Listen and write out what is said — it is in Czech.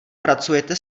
pracujete